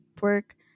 work